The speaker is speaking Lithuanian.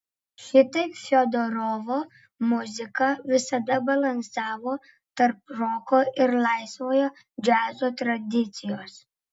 šitaip fiodorovo muzika visada balansavo tarp roko ir laisvojo džiazo tradicijos